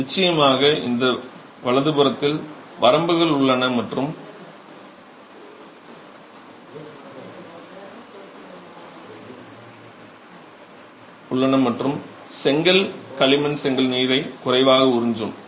நிச்சயமாக இந்த வலதுபுறத்தில் வரம்புகள் உள்ளன மற்றும் செங்கல் களிமண் செங்கல் நீரை குறைவாக உறிஞ்சும்